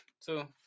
two